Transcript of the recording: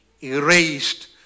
erased